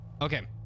Okay